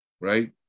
right